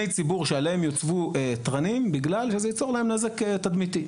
ציבור שעליהם יוצבו תרנים בגלל שזה ייצור להם נזק תדמיתי,